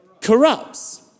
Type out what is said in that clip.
corrupts